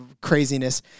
craziness